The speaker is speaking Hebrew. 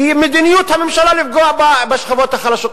כי מדיניות הממשלה לפגוע בשכבות החלשות,